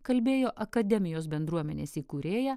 kalbėjo akademijos bendruomenės įkūrėja